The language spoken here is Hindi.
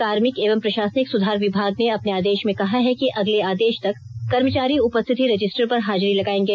कार्मिक एवं प्रषासनिक सुधार विभाग ने अपने आदेष में कहा है कि अगले आदेष तक कर्मचारी उपस्थिति रजिस्टर पर हाजिरी लगायेंगे